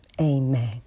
Amen